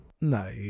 No